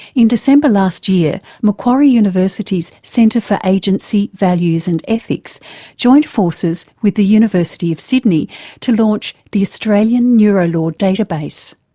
in december last year, macquarie university's centre for agency, values and ethics joined forces with the university of sydney to launch the australian neurolaw database.